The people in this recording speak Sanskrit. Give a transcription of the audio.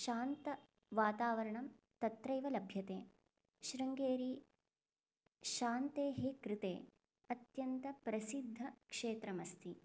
शान्तवातावरणं तत्रैव लभ्यते शृङ्गेरी शान्तेः कृते अत्यन्त प्रसिद्धक्षेत्रमस्ति